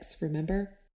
remember